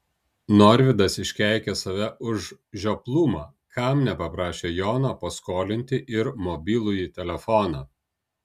norvydas iškeikė save už žioplumą kam nepaprašė jono paskolinti ir mobilųjį telefoną